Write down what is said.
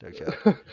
okay